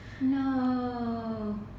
No